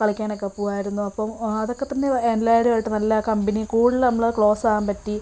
കളിക്കാനൊക്കെ പോവുമായിരുന്നു അപ്പോൾ അതൊക്കെ തന്നെ എല്ലാവരുമായിട്ട് നല്ല കമ്പനി കൂടുതൽ നമ്മൾ ക്ലോസ് ആവാൻ പറ്റി